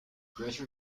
greater